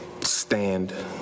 stand